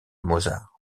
mozart